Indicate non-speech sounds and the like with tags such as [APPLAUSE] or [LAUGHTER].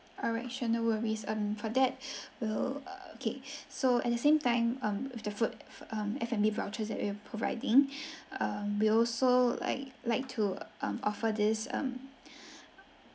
alright sure no worries um for that [BREATH] we'll err okay so at the same time um if the food um F&B vouchers that we are providing um we also Iike like to um offer this um